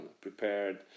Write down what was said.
prepared